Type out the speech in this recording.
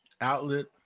outlet